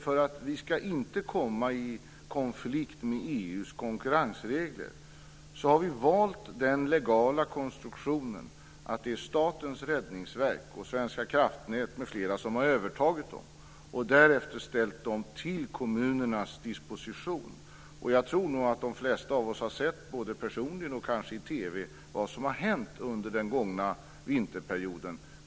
För att vi inte ska komma i konflikt med EU:s konkurrensregler har vi valt den legala konstruktionen att Statens räddningsverk, Svenska kraftnät m.fl. har övertagit dem och därefter ställt dem till kommunernas disposition. Jag tror att de flesta av oss har sett, både personligen och i TV, vad som har hänt under den gångna vinterperioden.